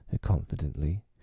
confidently